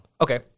Okay